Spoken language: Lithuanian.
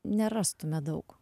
nerastume daug